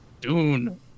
Dune